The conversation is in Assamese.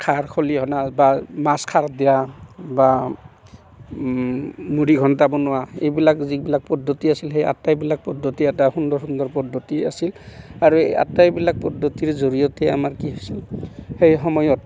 খাৰ খলিহনা বা মাছ খাৰত দিয়া বা মুৰিঘণ্ট বনোৱা এইবিলাক যিবিলাক পদ্ধতি আছিল সেই আটাইবিলাক পদ্ধতি এটা সুন্দৰ সুন্দৰ পদ্ধতি আছিল আৰু এই আটাইবিলাক পদ্ধতিৰ জৰিয়তে আমাৰ কি হৈছিল সেই সময়ত